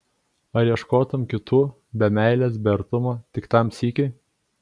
ar ieškotum kitų be meilės be artumo tik tam sykiui